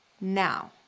now